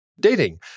Dating